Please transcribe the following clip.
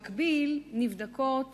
במקביל נבדקות